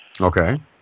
Okay